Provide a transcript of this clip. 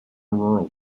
rural